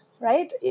right